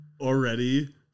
already